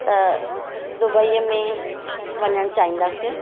त दुबईअ में वञणु चाहींदासीं